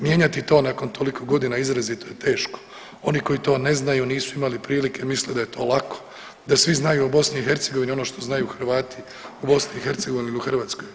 Mijenjati to nakon toliko godina izrazito je teško, oni koji to ne znaju nisu imali prilike misle da je to lako, da svi znaju o BiH ono što znaju Hrvati u BiH i u Hrvatskoj.